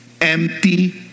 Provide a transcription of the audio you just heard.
empty